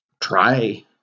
try